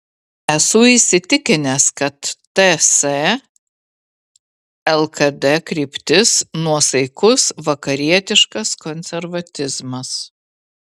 esu įsitikinęs kad ts lkd kryptis nuosaikus vakarietiškas konservatizmas